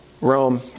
Rome